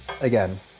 Again